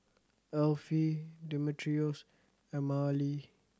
Elfie Demetrios and Mahalie